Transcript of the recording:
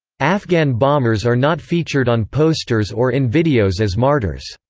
afghan bombers are not featured on posters or in videos as martyrs.